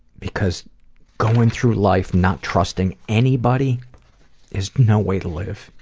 because going through life not trusting anybody is no way to live.